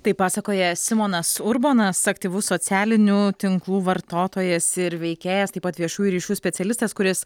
tai pasakoja simonas urbonas aktyvus socialinių tinklų vartotojas ir veikėjas taip pat viešųjų ryšių specialistas kuris